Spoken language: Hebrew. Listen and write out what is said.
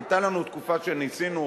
היתה לנו תקופה שניסינו,